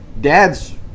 Dad's